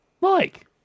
Mike